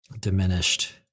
diminished